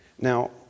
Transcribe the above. Now